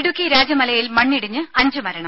ഇടുക്കി രാജമലയിൽ മണ്ണിടിഞ്ഞ് അഞ്ചു മരണം